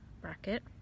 bracket